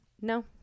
No